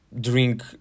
drink